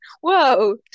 Whoa